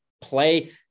play